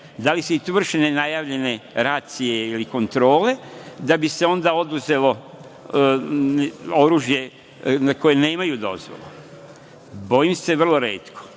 Da li su vršene nenajavljene racije ili kontrole, da bi se onda oduzelo oružje za koje nemaju dozvole. Bojim se, vrlo retko,